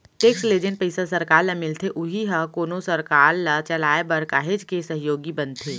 tax ले जेन पइसा सरकार ल मिलथे उही ह कोनो सरकार ल चलाय बर काहेच के सहयोगी बनथे